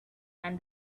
and